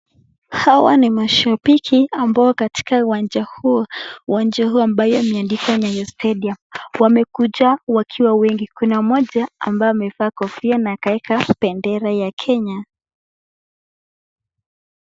Hawa ni mashabiki ambao katika uwanja huu ambayo imeandikwa Nyayo Stadium , wamekuja wakiwa wengi, kuna mmoja ambaye amevaa kofia na akaweka bendera ya Kenya.